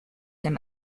him